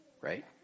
right